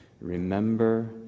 Remember